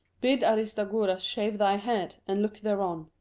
bid aristagoras shave thy head, and look thereon